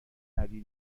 علی